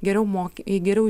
geriau moki geriau